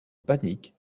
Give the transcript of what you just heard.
panique